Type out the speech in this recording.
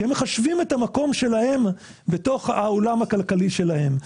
כי הם מחשבים את המקום שלהם בתוך העולם הכלכלי שלהם.